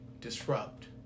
disrupt